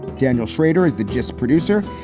daniel shrader is the gist producer.